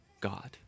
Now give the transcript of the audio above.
God